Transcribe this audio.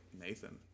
Nathan